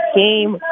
game